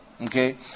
Okay